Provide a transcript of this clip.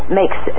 makes